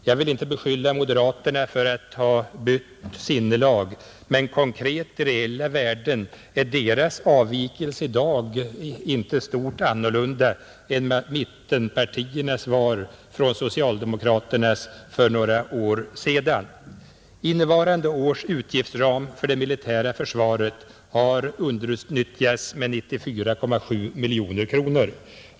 Jag vill inte beskylla moderaterna för att ha bytt sinnelag, men konkret i reella värden är deras avvikelse i dag inte stort annorlunda än mittenpartiernas var från socialdemokraternas inställning för några år sedan. Innevarande års utgiftsram för det militära försvaret har underutnyttjats med 94,7 miljoner kronor.